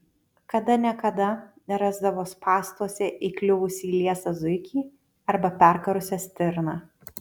kada ne kada rasdavo spąstuose įkliuvusį liesą zuikį arba perkarusią stirną